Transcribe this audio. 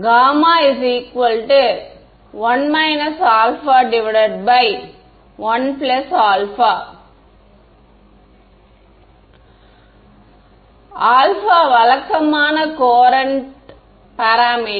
γ 1 α1α α வழக்கமான current parameter